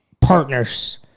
partners